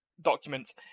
documents